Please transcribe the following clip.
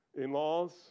In-laws